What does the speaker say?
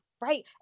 right